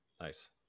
nice